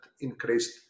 increased